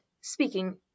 speaking